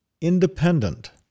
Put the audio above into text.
independent